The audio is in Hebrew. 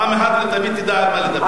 פעם אחת ולתמיד תדע על מה לדבר.